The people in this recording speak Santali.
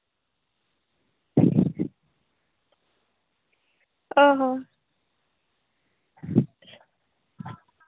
ᱚ ᱦᱚ